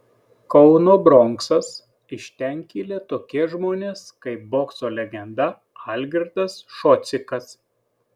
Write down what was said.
kauno bronksas iš ten kilę tokie žmonės kaip bokso legenda algirdas šocikas